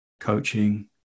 coaching